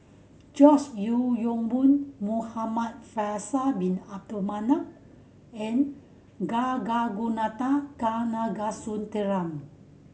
George Yeo Yong Boon Muhamad Faisal Bin Abdul Manap and Kanagasuntheram